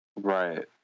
right